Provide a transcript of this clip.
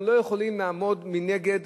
אנחנו לא יכולים לעמוד מנגד